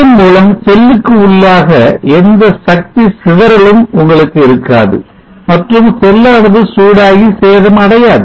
இதன் மூலம் செல்லுக்கு உள்ளாக எந்த சக்தி சிதறலும் உங்களுக்கு இருக்காது மற்றும் செல்லானது சூடாகி சேதம் அடையாது